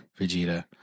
Vegeta